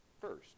first